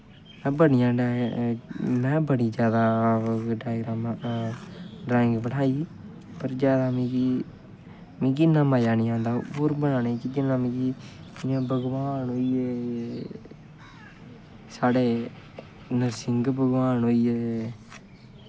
में बड़ी जैदा डार्ग्रमां ड्राईंग बनाई पर जैदा मिगी मजा निं आंदा होर बनाने गी जिन्ना मिगी इ'यां भगवान होइये साढ़े नरसिंग भगवान होइये